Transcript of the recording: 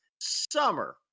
Summer